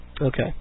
Okay